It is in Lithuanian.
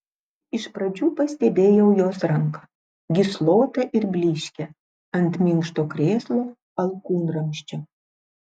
iš pradžių pastebėjau jos ranką gyslotą ir blyškią ant minkšto krėslo alkūnramsčio